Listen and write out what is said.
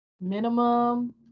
minimum